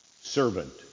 servant